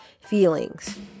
feelings